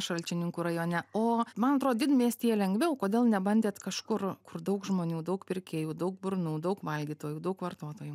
šalčininkų rajone o man atrodo didmiestyje lengviau kodėl nebandėt kažkur kur daug žmonių daug pirkėjų daug burnų daug valgytojų daug vartotojų